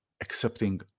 accepting